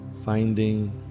Finding